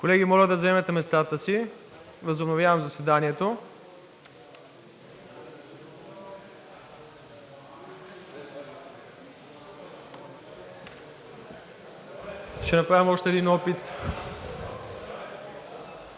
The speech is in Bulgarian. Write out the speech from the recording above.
Колеги, моля да заемете местата си. Възобновявам заседанието. Ще направим още един опит,